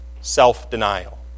Self-denial